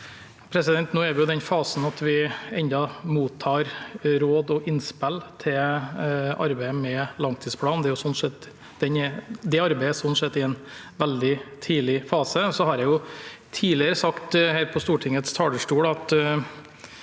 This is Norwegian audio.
Nå er vi i den fasen at vi ennå mottar råd og innspill til arbeidet med langtidsplanen. Det arbeidet er slik sett i en veldig tidlig fase. Jeg har tidligere sagt her på Stortingets talerstol at